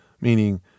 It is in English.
meaning